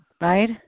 right